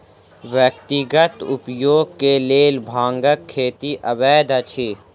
व्यक्तिगत उपयोग के लेल भांगक खेती अवैध अछि